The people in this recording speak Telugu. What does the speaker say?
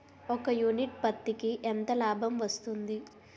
ఒక యూనిట్ పత్తికి ఎంత లాభం వస్తుంది?